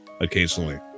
occasionally